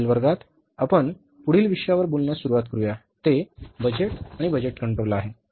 पुढील वर्गात आपण पुढील विषयावर बोलण्यास सुरू करूया ते बजेट आणि बजेट कंट्रोल आहे